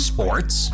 Sports